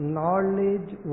Knowledge